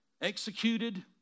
executed